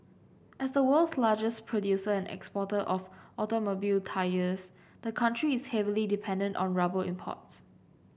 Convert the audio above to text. as the world's largest producer and exporter of automobile tyres the country is heavily dependent on rubber imports